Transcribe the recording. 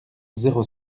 zéro